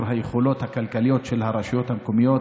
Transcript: היכולות הכלכליות של הרשויות המקומיות.